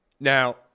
Now